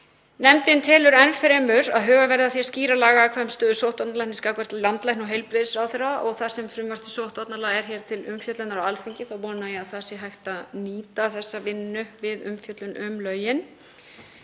Nefndin telur enn fremur að huga verði að því að skýra lagaákvæði um stöðu sóttvarnalæknis gagnvart landlækni og heilbrigðisráðherra. Þar sem frumvarp til sóttvarnalaga er hér til umfjöllunar á Alþingi þá vona ég að það sé hægt að nýta þessa vinnu við umfjöllun um lögin.